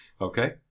Okay